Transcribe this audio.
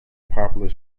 popular